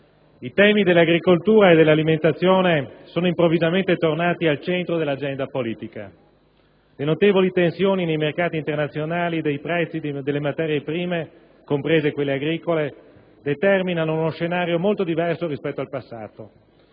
i temi dell'agricoltura e dell'alimentazione sono improvvisamente tornati al centro dell'agenda politica. Le notevoli tensioni nei mercati internazionali dei prezzi delle materie prime, comprese quelle agricole, determinano uno scenario molto diverso rispetto al passato.